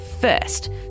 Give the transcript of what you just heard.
First